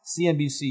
CNBC